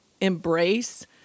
embrace